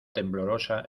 temblorosa